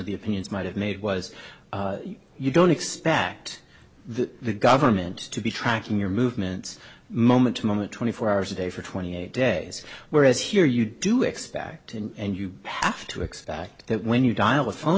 the opinions might have made was you don't expect the government to be tracking your movements moment to moment twenty four hours a day for twenty eight days whereas here you do expect and you have to expect that when you dial a phone